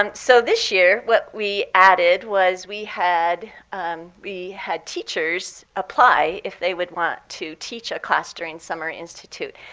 um so this year, what we added was we had we had teachers apply if they would want to teach a class during summer institute.